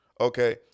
Okay